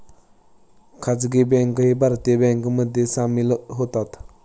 खासगी बँकाही भारतीय बँकांमध्ये सामील होतात